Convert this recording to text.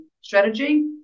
strategy